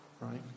right